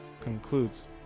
concludes